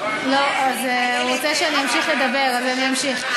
הוא רוצה שאני אמשיך לדבר, אז אני אמשיך.